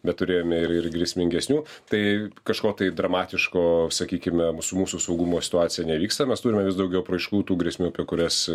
bet turėjome ir ir grėsmingesnių tai kažko tai dramatiško sakykime su mūsų saugumo situacija nevyksta mes turime vis daugiau apraiškų tų grėsmių apie kurias